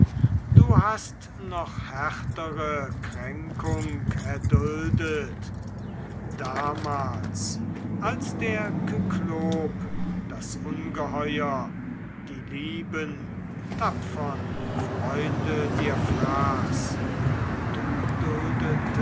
du hast noch härtere kränkung erduldet damals als der kyklop das ungeheuer die lieben tapfern freunde dir fraß du